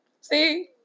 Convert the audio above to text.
See